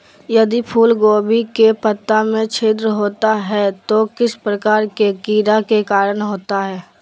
यदि फूलगोभी के पत्ता में छिद्र होता है तो किस प्रकार के कीड़ा के कारण होता है?